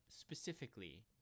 specifically